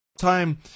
time